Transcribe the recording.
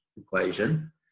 equation